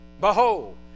Behold